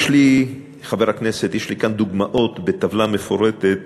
יש לי כאן, חבר הכנסת, דוגמאות בטבלה מפורטת